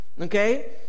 Okay